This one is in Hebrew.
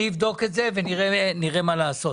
אני אבדוק את זה ונראה מה לעשות.